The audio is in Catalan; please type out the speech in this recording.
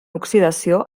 oxidació